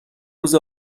روز